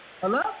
Hello